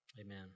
amen